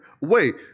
Wait